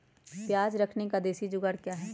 प्याज रखने का देसी जुगाड़ क्या है?